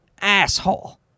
asshole